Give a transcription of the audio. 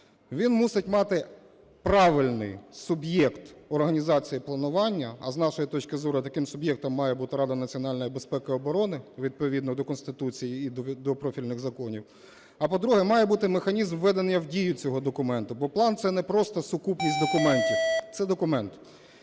він мусить мати правильний суб'єкт організації планування, а з нашої точки зору таким суб'єктом має бути Рада національної безпеки і оборони, відповідно до Конституції, і до профільних законів. А, по-друге, має бути механізм введення в дію цього документу, бо план це не просто сукупність документів, це документ